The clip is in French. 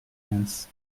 lens